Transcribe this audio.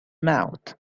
mouth